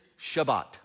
Shabbat